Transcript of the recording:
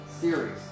series